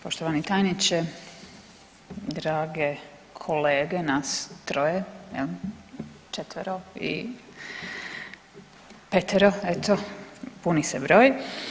Poštovani tajniče, drage kolege nas troje, četvero i petero eto, puni se broj.